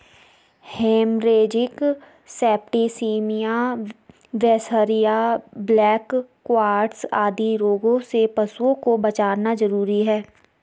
haemorrhagic septicaemia, बिसहरिया, black quarters आदि रोगों से पशुओं को बचाना जरूरी है